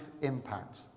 impact